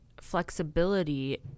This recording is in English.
flexibility